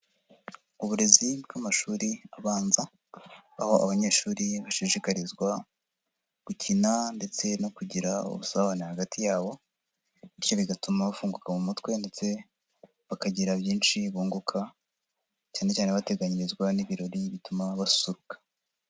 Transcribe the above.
Uburezi bw'amashuri abanza aho abanyeshuri bashishikarizwa gukina ndetse no kugira ubusabane hagati yabo, bityo bigatuma bafunguka mu mutwe ndetse bakagira byinshi bunguka cyane cyane bateganyirizwa n'ibirori bituma basusuruka.